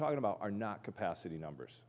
talking about are not capacity numbers